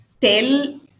tell